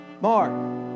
Mark